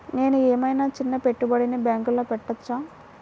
నేను ఏమయినా చిన్న పెట్టుబడిని బ్యాంక్లో పెట్టచ్చా?